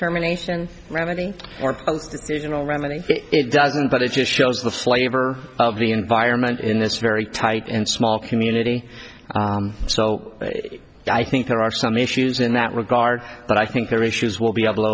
terminations remedy or money it doesn't but it just shows the flavor of the environment in this very tight and small community so i think there are some issues in that regard but i think their issues will be able to